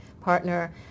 partner